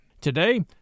Today